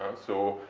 so,